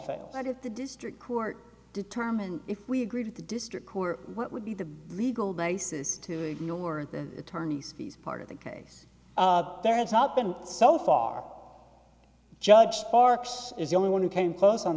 under the district court determine if we agree to the district court what would be the legal basis to ignore the attorneys fees part of the case there has not been so far judge sparks is the only one who came close on